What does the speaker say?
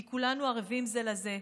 כי כולנו ערבים זה לזה.